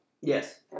Yes